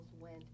went